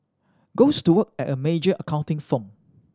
goes to work at a major accounting firm